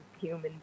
human